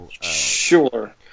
sure